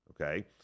okay